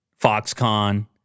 Foxconn